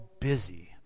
busy